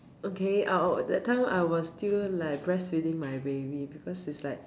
okay uh that time I was still like breastfeeding my baby because its like